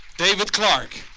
david clark.